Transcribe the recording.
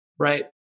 Right